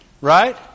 Right